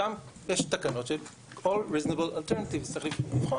ששם יש תקנות של כל החלופות הסבירות האלטרנטיביות שצריך לבחון,